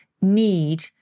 need